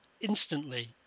instantly